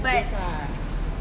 low cut